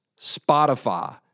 Spotify